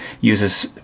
uses